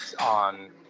on